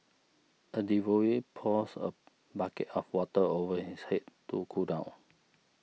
a devotee pours a bucket of water over his head to cool down